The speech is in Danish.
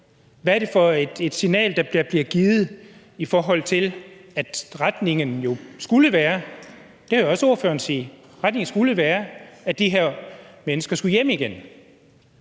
Hvad er det for et signal, der bliver givet, i forhold til at retningen jo skulle være – det hører jeg også